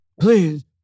Please